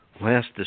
last